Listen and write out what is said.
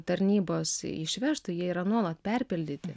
tarnybos išvežtų jie yra nuolat perpildyti